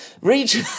Reach